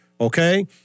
okay